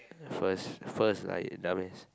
first first lah you dumbass